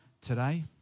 today